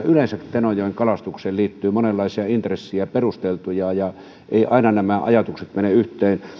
yleensä tenojoen kalastukseen liittyy monenlaisia perusteltuja intressejä eivätkä ajatukset aina mene yhteen